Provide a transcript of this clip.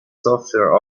software